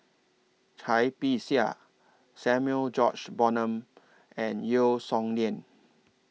Cai Bixia Samuel George Bonham and Yeo Song Nian